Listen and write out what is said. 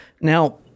Now